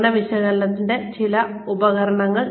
പ്രകടന വിശകലനത്തിന്റെ ചില ഉപകരണങ്ങൾ